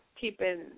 Keeping